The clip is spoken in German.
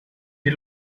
die